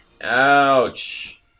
Ouch